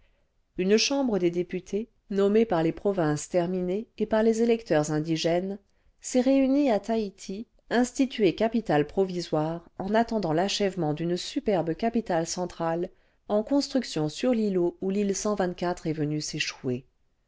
une chambre des députés nommée par les provinces terminées et par les électeurs indigènes s'est réunie à taïti instituée capitale provisoire en le vingtième siècle attendant l'achèvement d'une superbe capitale centrale en construction sur l'îlot où l'île est venue s'échouer